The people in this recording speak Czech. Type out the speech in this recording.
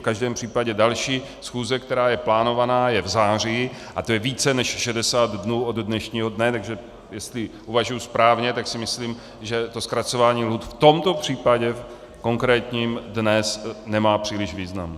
V každém případě další schůze, která je plánovaná, je v září a to je více než 60 dnů od dnešního dne, takže jestli uvažuji správně, tak si myslím, že to zkracování lhůt v tomto případě, konkrétním, dnes nemá příliš význam.